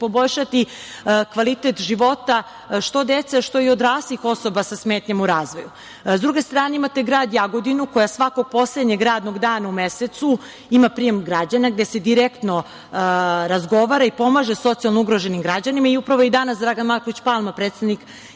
poboljšati kvalitet života što dece, što odraslih osoba sa smetnjama u razvoju.S druge strane, imate grad Jogodinu koja svakog poslednjeg radnog dana u mesecu ima prijem građana, gde se direktno razgovara i pomaže socijalno ugroženim građanima. Upravo je i danas Dragan Marković Palma, predsednik